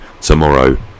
tomorrow